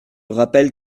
rappelle